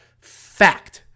fact